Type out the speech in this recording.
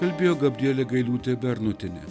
kalbėjo gabrielė gailiūtė bernotienė